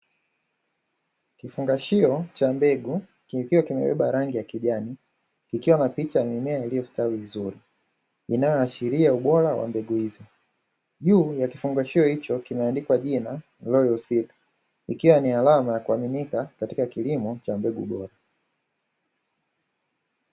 Kifungashio cha mbegu kikiwa kimebeba rangi ya kijani, kikiwa na picha ya mimea iliyostawi vizuri inayoashiria ubora wa mbegu hizi. Juu ya kifungashio hiko kimeandikwa kina "royal seed", ikiwa ni alama ya kuaminika katika kilimo cha mbegu bora.